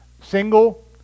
single